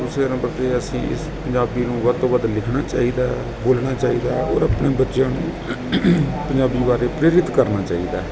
ਦੂਸਰੇ ਨੰਬਰ 'ਤੇ ਅਸੀਂ ਇਸ ਪੰਜਾਬੀ ਨੂੰ ਵੱਧ ਤੋਂ ਵੱਧ ਲਿਖਣਾ ਚਾਹੀਦਾ ਹੈ ਬੋਲਣਾ ਚਾਹੀਦਾ ਹੈ ਔਰ ਆਪਣੇ ਬੱਚਿਆਂ ਨੂੰ ਪੰਜਾਬੀ ਬਾਰੇ ਪ੍ਰੇਰਿਤ ਕਰਨਾ ਚਾਹੀਦਾ